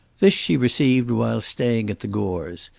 this she received while staying at the gores',